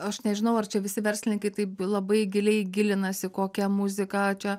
aš nežinau ar čia visi verslininkai taip labai giliai gilinasi kokią muziką čia